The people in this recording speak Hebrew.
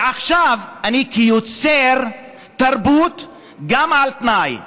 ועכשיו אני גם כיוצר תרבות על תנאי.